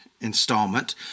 installment